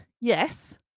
Yes